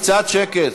קצת שקט.